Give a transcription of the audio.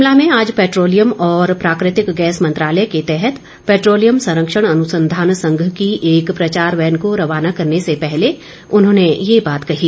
शिमला में आज पैट्रोलियम और प्राकृतिक गैस मंत्रालय के तहत पैट्रोलियम संरक्षण अनुसंधान संघ की एक प्रचार वैन को रवाना करने से पहले उन्होंने ये बात कही